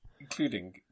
including